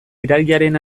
irailaren